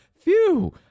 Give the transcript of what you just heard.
phew